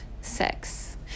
sex